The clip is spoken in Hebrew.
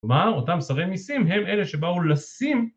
כלומר אותם שרי מיסים הם אלה שבאו לשים